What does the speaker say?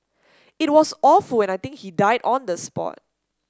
it was awful and I think he died on the spot